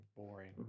Boring